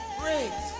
great